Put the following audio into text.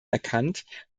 erkannt